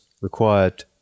required